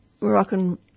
Moroccan